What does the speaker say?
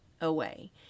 away